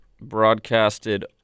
broadcasted